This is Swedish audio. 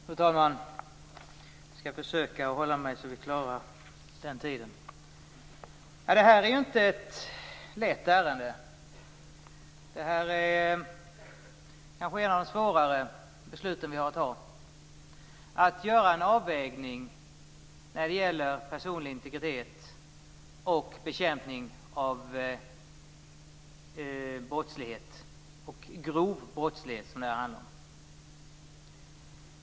Fru talman! Detta är inget lätt ärende. Det är kanske ett av de svårare beslut vi har att fatta. Det handlar om att göra en avvägning mellan personlig integritet och bekämpning av grov brottslighet.